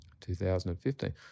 2015